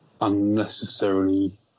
unnecessarily